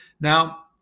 Now